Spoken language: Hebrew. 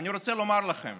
אני רוצה לומר לכם